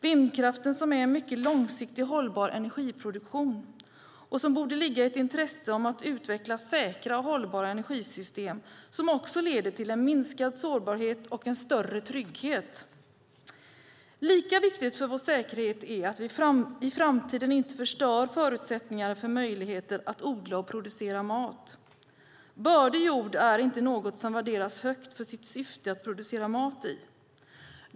Vindkraften är en mycket långsiktig och hållbar energiproduktion, och det borde ligga ett intresse i att utveckla säkra och hållbara energisystem som också leder till en minskad sårbarhet och en större trygghet. Lika viktigt för vår säkerhet är det att vi i framtiden inte förstör förutsättningarna för att odla och producera mat. Bördig jord är inte något som värderas högt för syftet att producera mat.